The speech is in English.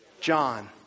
John